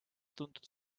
tuntud